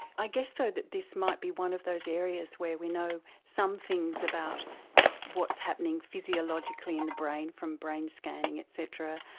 i guess though that this might be one of those areas where we know some things about what's happening physiologically in the brain from brain scanning et cetera,